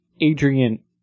Adrian